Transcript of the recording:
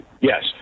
yes